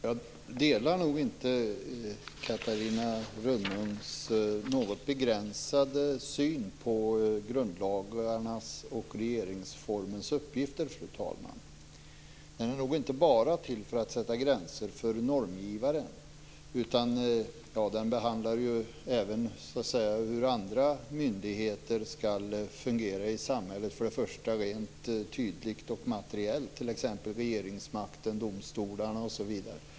Fru talman! Jag delar inte Catarina Rönnungs något begränsade syn på grundlagarnas och regeringsformens uppgifter. De är nog inte bara till för att sätta gränser för normgivaren utan behandlar även hur andra myndigheter skall fungera i samhället, för det första rent tydligt och materiellt: regeringsmakten, domstolarna osv.